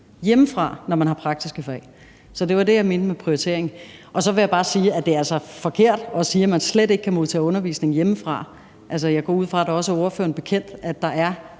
hjemmefra, når man har praktiske fag. Det var det, jeg mente med prioritering. Så vil jeg bare sige, at det altså er forkert, at man slet ikke kan modtage undervisning hjemmefra. Jeg går ud fra, at det også er ordføreren bekendt, at der